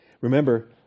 Remember